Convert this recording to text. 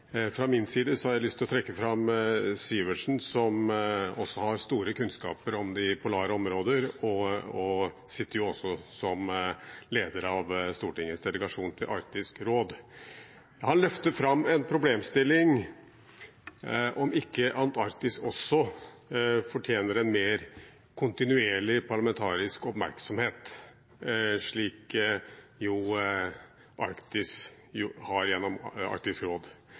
Fra min side har jeg lyst til å trekke fram Sivertsen, som også har store kunnskaper om de polare områder, og som sitter som leder av Stortingets delegasjon for arktisk parlamentarisk samarbeid. Han løfter fram en problemstilling om hvorvidt ikke Antarktis også fortjener en mer kontinuerlig parlamentarisk oppmerksomhet, som Arktis har gjennom Arktisk råd.